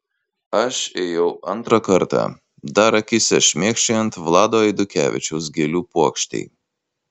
aš ėjau antrą kartą dar akyse šmėkščiojant vlado eidukevičiaus gėlių puokštei